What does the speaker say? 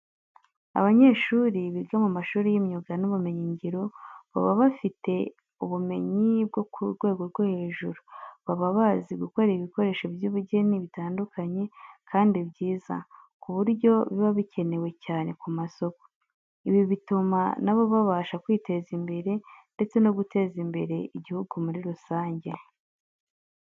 Abanyeshuri biga mu mashuri y'imyuga n'ubumenyingiro, baba bafite ubumenyi bwo ku rwego rwo hejuru. Baba bazi gukora ibikoresho by'ubugeni bitandukanye kandi byiza, ku buryo biba bikenewe cyane ku masoko. Ibi bituma na bo babasha kwiteza imbere ndetse no guteza imbere igihugu muri rusange.